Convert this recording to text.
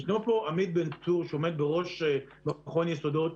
נמצא פה עמית בן-צור שעומד בראש מכון "יסודות",